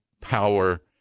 power